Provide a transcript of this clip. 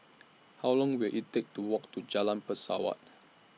How Long Will IT Take to Walk to Jalan Pesawat